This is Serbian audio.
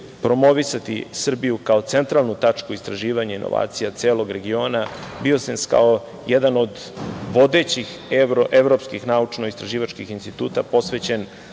promovisati Srbiju kao centralnu tačku u istraživanju inovacija celog regiona. Biosens kao jedan od vodećih evropskih naučnoistraživačkih instituta posvećen